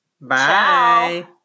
bye